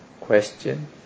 Question